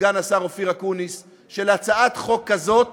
סגן השר אופיר אקוניס, שלהצעת חוק כזאת